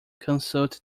consult